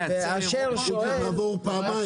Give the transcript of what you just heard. הוא יעבור פעמיים.